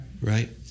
Right